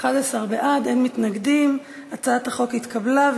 את הצעת חוק הרשות הארצית לכבאות והצלה (תיקון מס' 2),